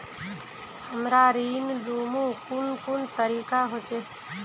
हमरा ऋण लुमू कुन कुन तरीका होचे?